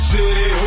City